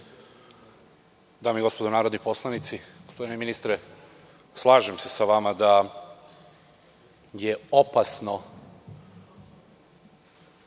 Dame i gospodo narodni poslanici, gospodine ministre, slažem se sa vama da je opasno